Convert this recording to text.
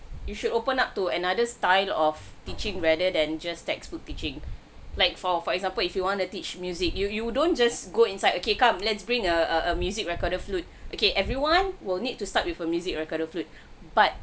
you should open up to another style of teaching rather than just textbook teaching like for for example if you want to teach music you you don't just go inside okay come let's bring a a a music recorder flute okay everyone will need to start with a music recorder flute but